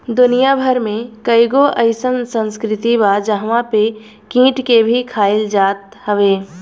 दुनिया भर में कईगो अइसन संस्कृति बा जहंवा पे कीट के भी खाइल जात हवे